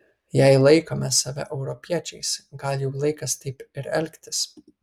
jei laikome save europiečiais gal jau laikas taip ir elgtis